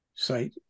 site